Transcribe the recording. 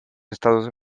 estados